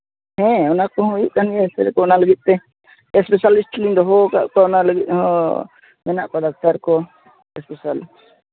ᱦᱮᱸ ᱚᱱᱟᱠᱚᱦᱚᱸ ᱦᱩᱭᱩᱜᱠᱟᱱ ᱜᱮᱭᱟ ᱮᱠᱥᱼᱨᱮ ᱠᱚ ᱚᱱᱟ ᱞᱟᱹᱜᱤᱫᱛᱮ ᱮᱥᱯᱮᱥᱟᱞᱤᱴᱞᱤᱧ ᱫᱚᱦᱚᱣ ᱟᱠᱟᱫ ᱠᱚᱣᱟ ᱚᱱᱟ ᱞᱟᱹᱜᱤᱫᱦᱚᱸ ᱢᱮᱱᱟᱜ ᱠᱚᱣᱟ ᱰᱟᱠᱛᱟᱨᱠᱚ ᱮᱥᱯᱮᱥᱟᱞ